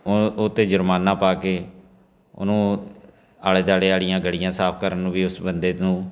ਉਹ ਉਹਤੇ ਜੁਰਮਾਨਾ ਪਾ ਕੇ ਉਹਨੂੰ ਆਲੇ ਦੁਆਲੇ ਵਾਲੀਆਂ ਗਲੀਆਂ ਸਾਫ਼ ਕਰਨ ਨੂੰ ਵੀ ਉਸ ਬੰਦੇ ਤੋਂ